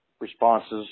responses